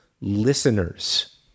listeners